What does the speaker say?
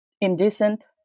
indecent